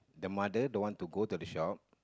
the mother don't want to go to the shop